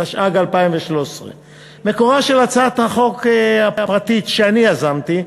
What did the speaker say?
התשע"ג 2013. מקורה בהצעת החוק הפרטית שאני יזמתי.